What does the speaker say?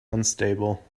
unstable